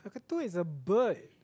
two is a bird